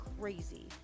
crazy